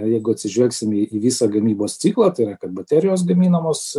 jeigu atsižvelgsim į į visą gamybos ciklą tai yra kad baterijos gaminamos